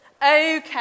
Okay